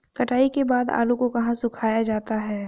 कटाई के बाद आलू को कहाँ सुखाया जाता है?